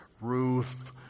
Ruth